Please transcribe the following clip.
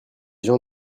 gens